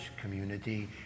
community